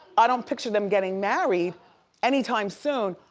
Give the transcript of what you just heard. i don't picture them getting married anytime soon.